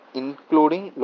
including